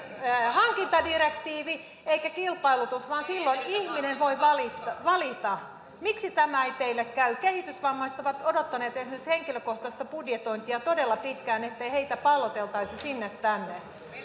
hankintadirektiivi eikä kilpailutus vaan silloin ihminen voi valita valita miksi tämä ei teille käy kehitysvammaiset ovat odottaneet esimerkiksi henkilökohtaista budjetointia todella pitkään ettei heitä palloteltaisi sinne